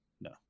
no